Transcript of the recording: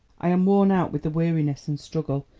i am worn out with the weariness and struggle,